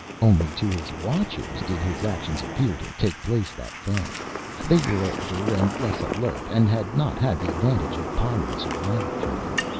only to his watchers did his actions appear to take place that fast they were older, and less alert, and had not had the advantage of pyrran survival training.